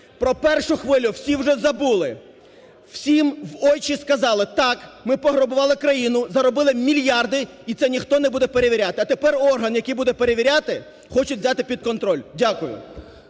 Про першу хвилю всі вже забули, всім в очі сказали: "Так, ми пограбували країну, заробили мільярди". І це ніхто не буде перевіряти. А тепер орган, який буде перевіряти, хочуть взяти під контроль. Дякую.